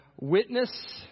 witness